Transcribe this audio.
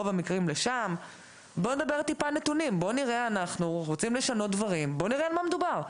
אז בואו נראה על מה מדובר.